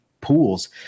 pools